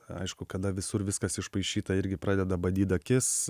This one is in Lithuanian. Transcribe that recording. aišku kada visur viskas išpaišyta irgi pradeda badyt akis